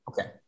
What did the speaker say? Okay